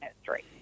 history